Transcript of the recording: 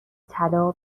طلا